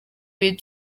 ibiri